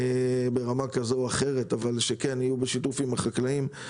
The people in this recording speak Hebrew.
ברמה כזו או אחרת אבל ידברו עליהם גם עם החקלאים.